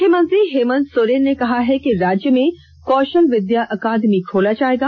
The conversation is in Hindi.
मुख्यमंत्री हेमंत सोरेन ने कहा है कि राज्य में कौषल विद्या अकादमी खोला जयेगा